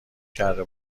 کرده